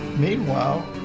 Meanwhile